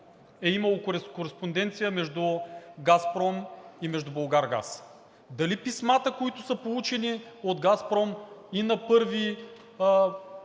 е имало кореспонденция между „Газпром“ и между „Булгаргаз“. Дали писмата, които са получени от „Газпром“ и на 1